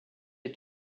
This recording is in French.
est